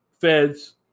feds